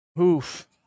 Oof